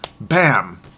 bam